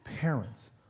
parents